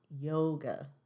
yoga